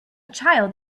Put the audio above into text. child